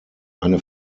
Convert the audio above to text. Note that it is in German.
eine